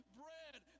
bread